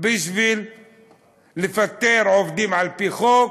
בשביל לפטר עובדים על פי חוק